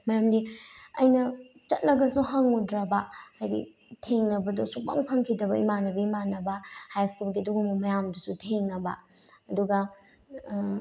ꯃꯔꯝꯗꯤ ꯑꯩꯅ ꯆꯠꯂꯒꯁꯨ ꯍꯪꯉꯨꯗ꯭ꯔꯕ ꯍꯥꯏꯗꯤ ꯊꯦꯡꯅꯕꯗꯣ ꯁꯨꯡꯐꯪ ꯐꯪꯈꯤꯗꯕ ꯏꯃꯥꯟꯅꯕꯤ ꯏꯃꯥꯟꯅꯕ ꯍꯥꯏ ꯁ꯭ꯀꯨꯜꯒꯤ ꯑꯗꯨꯒꯨꯝꯕ ꯃꯌꯥꯝꯗꯨꯁꯨ ꯊꯦꯡꯅꯕ ꯑꯗꯨꯒ